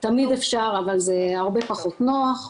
מתייחס להרבה מקרים שנפתרו בתיקון החקיקה,